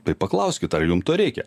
tai paklauskit ar jum to reikia